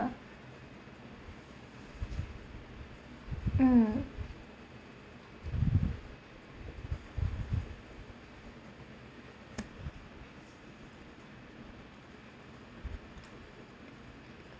mm